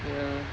ya